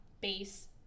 base